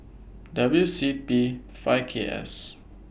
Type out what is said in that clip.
W C P five K S